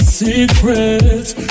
secrets